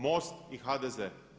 MOST i HDZ.